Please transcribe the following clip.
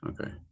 Okay